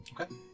Okay